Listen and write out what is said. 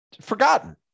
forgotten